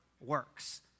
works